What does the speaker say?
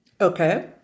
Okay